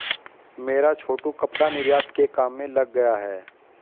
मेरा छोटू कपड़ा निर्यात के काम में लग गया है